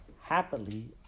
Happily